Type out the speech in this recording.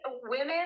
women